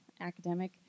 academic